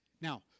Now